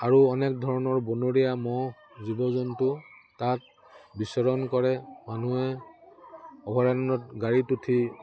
আৰু অনেক ধৰণৰ বনৰীয়া ম'হ জীৱ জন্তু তাত বিচৰণ কৰে মানুহে অভয়াৰণ্যত গাড়ীত উঠি